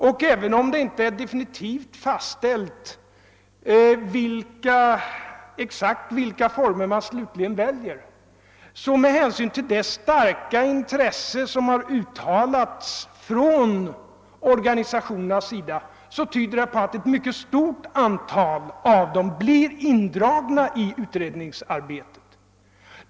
Och även om det inte är exakt fastställt vilka former man slutligen väljer, så tyder det starka intresse som har kommit till uttryck från organisationernas sida på att ett mycket stort antal av dem blir indragna i utredningsarbetet.